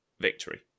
victory